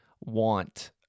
want